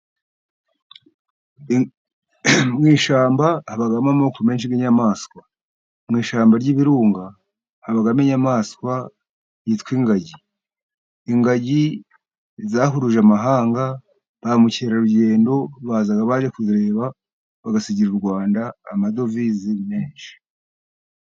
Mu ishyamba habamo amoko menshi y'inyamaswa. Mu ishyamba ry'ibirunga habamo inyamaswa yitwa ingagi. Ingagi zahuruje amahanga, ba mukerarugendo baza baje kuzireba bagasigira u Rwanda amadovize menshi.